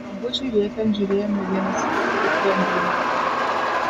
skambučiui rėkiant žiūrėjome vienas į kitą lyg bendrininkai